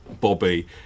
Bobby